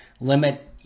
limit